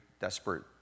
desperate